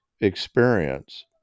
experience